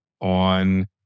on